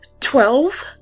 Twelve